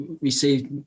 received